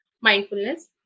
Mindfulness